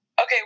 Okay